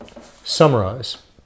summarize